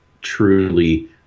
truly